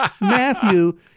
Matthew